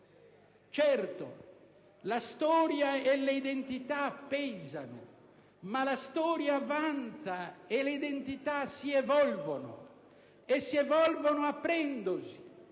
Certo, la storia e le identità pesano, ma la storia avanza e le identità si evolvono, e si evolvono aprendosi,